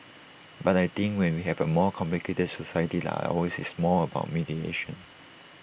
but I think when we have A more complicated society like ours it's more about mediation